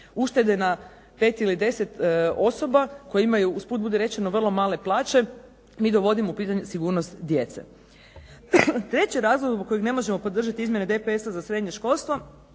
uštede od 5 ili 10 osoba koji imaju usput budi rečeno vrlo male plaće mi dovodimo u pitanje sigurnost djece. Treći razlog, zbog kojeg ne možemo podržati izmjene DPS-a za srednje školstvo